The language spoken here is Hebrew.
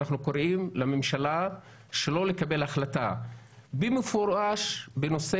אנחנו קוראים לממשלה שלא לקבל החלטה במפורש בנושא